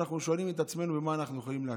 ואנחנו שואלים את עצמנו במה אנחנו יכולים להקל.